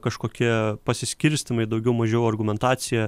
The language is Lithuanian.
kažkokie pasiskirstymai daugiau mažiau argumentacija